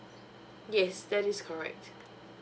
yes that is correct